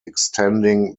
extending